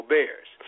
Bears